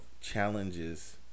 challenges